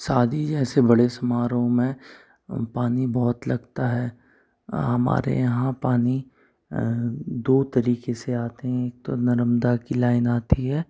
शादी जैसे बड़े समारोह में पानी बहुत लगता है हमारे यहाँ पानी दो तरीके से आते हैं एक तो नर्मदा की लाइन आती है